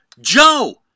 Joe